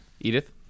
Edith